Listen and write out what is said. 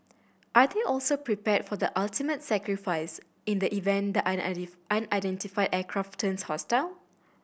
are they also prepared for the ultimate sacrifices in the event the unidentified aircraft turns hostile